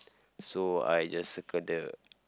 so I just circle the